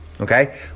okay